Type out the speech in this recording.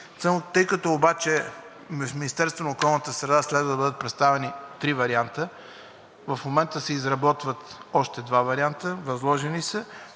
Тъй като обаче в Министерството на околната среда и водите следва да бъдат представени три варианта, в момента се изработват още два, възложени са.